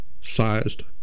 sized